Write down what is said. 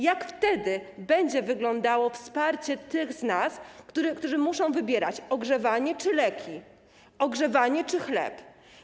Jak wtedy będzie wyglądało wsparcie tych z nas, którzy muszą wybierać: ogrzewanie czy leki, ogrzewanie czy chleb?